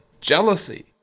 jealousy